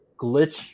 glitch